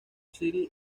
city